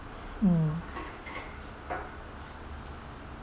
mm